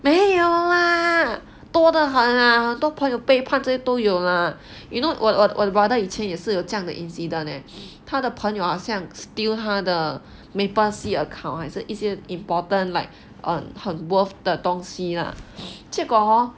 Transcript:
没有 lah 多得很 ah 很都朋友背叛这个都有 lah you know 我我的 brother 以前也有这样的 incident leh 他的朋友好像 steal 他的 MapleSEA account 还是一些 important like 很 worth 的东西 lah 结果 hor